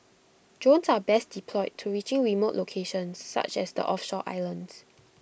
drones are best deployed to reaching remote locations such as the offshore islands